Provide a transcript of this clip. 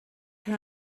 how